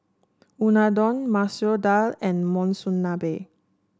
Unadon Masoor Dal and Monsunabe